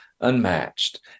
unmatched